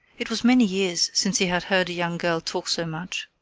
it was many years since he had heard a young girl talk so much.